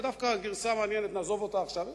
זאת דווקא גרסה מעניינת ונעזוב אותה עכשיו.